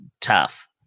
tough